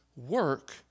work